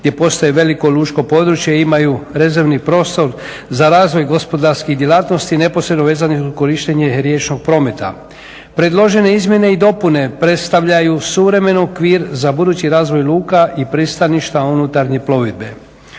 gdje postoji veliko lučko područje i imaju rezervni prostor za razvoj gospodarskih djelatnosti neposredno vezanih uz korištenje riječnog prometa. Predložene izmjene i dopune predstavljaju suvremen okvir za budući razvoj luka i pristaništa unutarnje plovidbe.